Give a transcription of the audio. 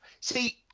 See